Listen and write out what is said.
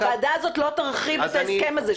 הוועדה הזאת לא תסכים את ההסכם הזה,